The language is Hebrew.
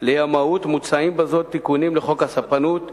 לימאות מוצעים בזאת תיקונים לחוק הספנות (ימאים),